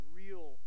real